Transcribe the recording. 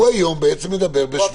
הוא היום מדבר בשמו של בן אדם.